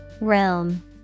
Realm